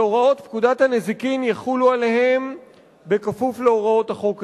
והוראות פקודת הנזיקין יחולו עליהם בכפוף להוראות החוק הזה.